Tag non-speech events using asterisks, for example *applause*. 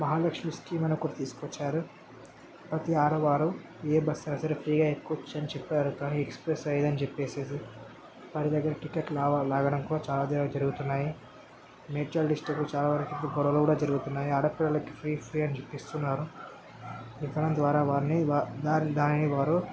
Mahalakshmi scheme అని ఒకటి తీసుకుని వచ్చారు ప్రతి ఆడవారు ఏ బస్సు అయినా ఫ్రీగా ఎక్కొచ్చు అని చెప్పారు కాని ఎక్స్ప్రెస్ లేదని చెప్పేసేసి వాళ్ళ దగ్గర టికెట్లు లావ లాగడం కుడా చాలా దగ్గర జరుగుతున్నాయి మేడ్చల్ డిస్టిక్లో ఇప్పుడు చాలా వరకు గొడవలు కూడా జరుగుతున్నాయి ఆడపిల్లలకి ఫ్రీ ఫ్రీ అని చెప్పి ఇస్తున్నారు *unintelligible* ద్వారా వారిని దానిని వారు